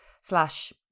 slash